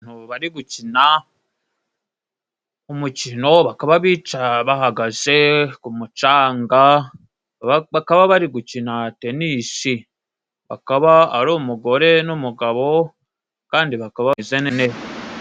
Bari gukina umukino bakaba bica bahagaze ku mucanga, bakaba bari gukina tenisi bakaba ari umugore n'umugabo kandi bakaba ba bozaninebe.